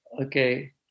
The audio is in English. Okay